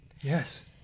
Yes